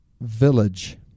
village